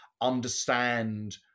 understand